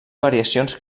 variacions